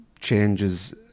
changes